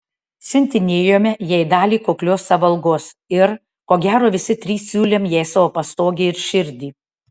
siuntinėjome jai dalį kuklios savo algos ir ko gero visi trys siūlėm jai savo pastogę ir širdį